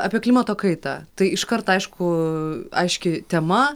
apie klimato kaitą tai iškart aišku aiški tema